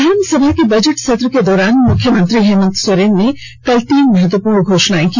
विधानसभा के बजट सत्र के दौरान मुख्यमंत्री हेमंत सोरेन ने कल तीन महत्वपूर्ण घोषणाएं की